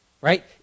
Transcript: right